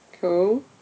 cool